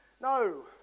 No